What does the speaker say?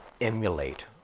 emulate